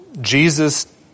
Jesus